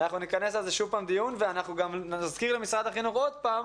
אנחנו נדון בזה שוב ואנחנו גם נזכיר למשרד החינוך עוד פעם